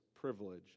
privilege